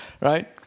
right